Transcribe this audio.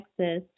Texas